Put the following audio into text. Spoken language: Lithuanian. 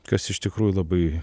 kas iš tikrųjų labai